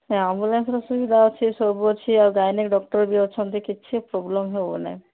ସେ ଆମ୍ବୁଲାନ୍ସ୍ର ସୁବିଧା ଅଛି ସବୁ ଅଛି ଆଉ ଗାଇନିକ୍ ଡକ୍ଟର୍ ବି ଅଛନ୍ତି କିଛି ପ୍ରୋବ୍ଲେମ୍ ହେବନାହିଁ